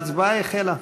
ההצבעה החלה.